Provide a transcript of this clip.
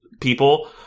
people